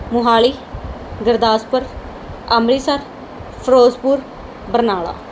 Mohali Gurdaspur Amritsar Firozpur Barnala